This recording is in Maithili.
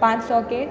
पाँच सओके